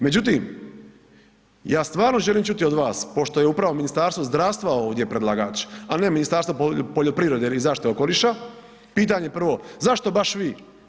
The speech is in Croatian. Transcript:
Međutim, ja stvarno želim čuti od vas, pošto je upravo Ministarstvo zdravstva ovdje predlagač a ne Ministarstvo poljoprivrede ili zaštite okoliša, pitanje prvo, zašto baš vi?